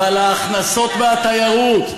אבל ההכנסות מהתיירות,